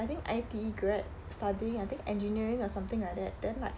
I think I_T grad studying I think engineering or something like that then like